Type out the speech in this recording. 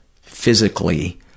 physically